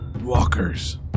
walkers